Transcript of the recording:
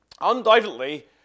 Undoubtedly